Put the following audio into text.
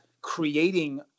creating